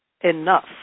enough